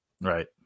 right